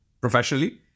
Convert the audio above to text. professionally